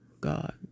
God